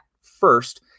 first